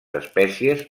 espècies